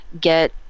get